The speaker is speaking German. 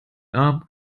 arm